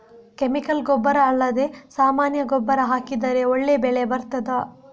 Chemical ಗೊಬ್ಬರ ಅಲ್ಲದೆ ಸಾಮಾನ್ಯ ಗೊಬ್ಬರ ಹಾಕಿದರೆ ಒಳ್ಳೆ ಬೆಳೆ ಬರ್ತದಾ?